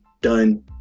done